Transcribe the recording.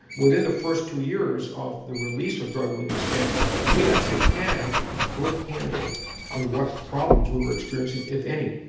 within the first two years of the release of drug-eluting stents we actually had a good handle on what problems we were experiencing, if any.